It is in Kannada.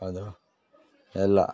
ಅದು ಎಲ್ಲ